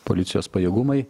policijos pajėgumai